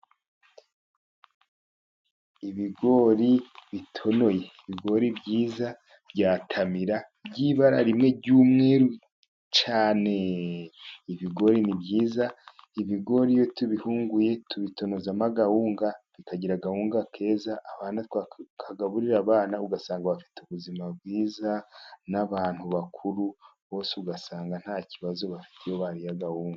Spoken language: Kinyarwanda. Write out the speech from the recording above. Ibigori bitonoye, ibigori byiza bya tamira by'ibara rimwe ry'umweru cyaneee. Ibigori ni byiza, ibigori iyo tubihunguye tubitonozamo agahunga bikagira agahunga keza, twagaburira abana ugasanga bafite ubuzima bwiza, n'abantu bakuru bose ugasanga nta kibazo bafite iyo bariye agahunga.